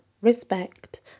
respect